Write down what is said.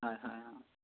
হয় হয় অঁ